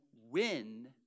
win